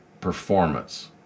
performance